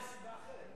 שם יש סיבה אחרת,